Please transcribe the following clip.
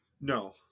No